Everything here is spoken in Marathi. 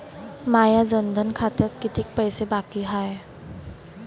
माया जनधन खात्यात कितीक पैसे बाकी हाय?